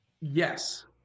Yes